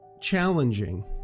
challenging